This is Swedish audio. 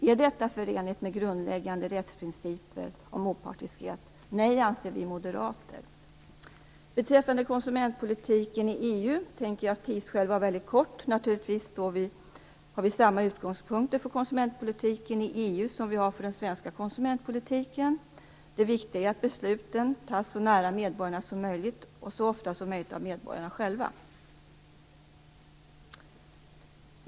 Är detta förenligt med grundläggande rättsprinciper om opartiskhet? Vi moderater anser att det inte är det. Beträffande konsumentpolitiken i EU tänker jag av tidsskäl fatta mig väldigt kort. Naturligtvis har vi samma utgångspunkter för konsumentpolitiken i EU som vi har för den svenska konsumentpolitiken. Det viktiga är att besluten fattas så nära medborgarna som möjligt och så ofta som möjligt av medborgarna själva.